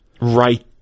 right